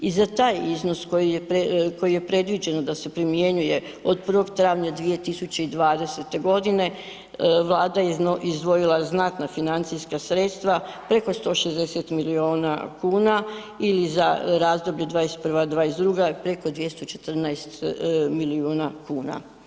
I za taj iznos koji je predviđeno da se primjenjuje od 1. travnja 2020. godine Vlada je izdvojila znatna financijska sredstva preko 160 miliona kuna i za razdoblje '21., '22. preko 214 milijuna kuna.